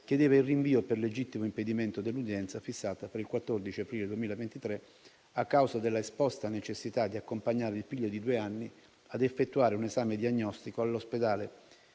chiedeva il rinvio per legittimo impedimento dell'udienza, fissata per il 14 aprile 2023, a causa dell'esposta necessità di accompagnare il figlio di due anni ad effettuare un esame diagnostico all'ospedale